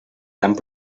tant